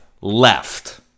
left